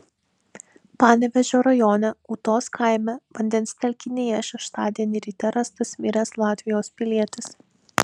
panevėžio rajone ūtos kaime vandens telkinyje šeštadienį ryte rastas miręs latvijos pilietis